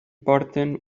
porten